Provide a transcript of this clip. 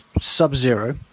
sub-zero